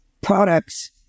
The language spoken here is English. products